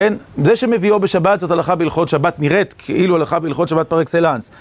אין, זה שמביאו בשבת זאת הלכה והלכות שבת נראית כאילו הלכה והלכות שבת פר אקסלנס